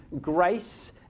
grace